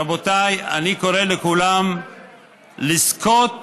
רבותיי, אני קורא לכולם לזכות